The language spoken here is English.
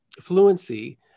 fluency